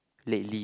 lately